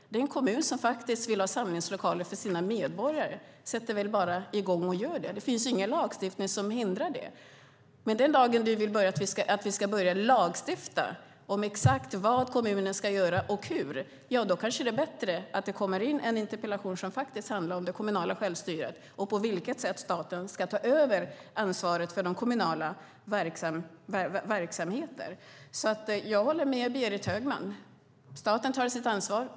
Den kommun som faktiskt vill ha samlingslokaler för sina medborgare sätter väl bara i gång och gör detta. Det finns ingen lagstiftning som hindrar det. Men den dag du vill att vi ska börja lagstifta om exakt vad och hur kommunen ska göra kanske det är bättre att det kommer in en interpellation som handlar om det kommunala självstyret och på vilket sätt staten ska ta över ansvaret för kommunala verksamheter. Jag håller med Berit Högman. Staten tar sitt ansvar.